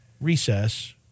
recess